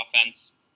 offense